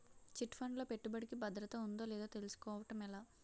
Chit fund లో పెట్టుబడికి భద్రత ఉందో లేదో తెలుసుకోవటం ఎలా?